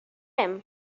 him